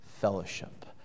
fellowship